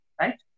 right